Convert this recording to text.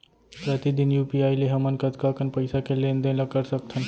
प्रतिदन यू.पी.आई ले हमन कतका कन पइसा के लेन देन ल कर सकथन?